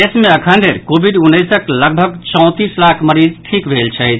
देश मे अखनधरि कोविड उन्नैसक लगभग चौंतीस लाख मरीज ठीक भेल छथि